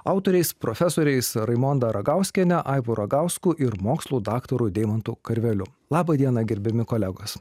autoriais profesoriais raimonda ragauskiene aivu ragausku ir mokslų daktaru deimantu karveliu laba diena gerbiami kolegos